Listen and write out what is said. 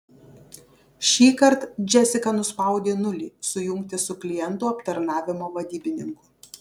šįkart džesika nuspaudė nulį sujungti su klientų aptarnavimo vadybininku